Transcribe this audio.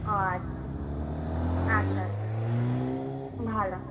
ওহ আচ্ছা আচ্ছা আচ্ছা ভালো